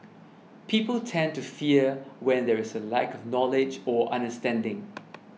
people tend to fear when there is a lack of knowledge or understanding